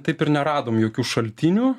taip ir neradome jokių šaltinių